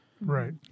Right